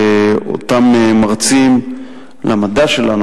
אותם מרצים למדע שלנו,